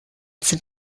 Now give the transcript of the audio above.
sind